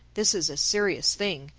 this is a serious thing,